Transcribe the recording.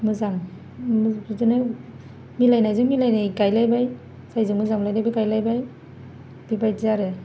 मोजां बिदिनो मिलायनायजों मिलायनाय गायलायबाय जायजों मोजां मोनलायदों बे गायलायबाय बेबायदि आरो